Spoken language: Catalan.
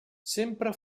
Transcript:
sempre